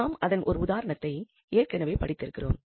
நாம் அதன் ஒரு உதாரணத்தை ஏற்கெனவே படித்திருக்கிறோம்